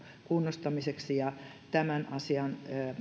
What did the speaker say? kunnostamiseksi ja tämän asian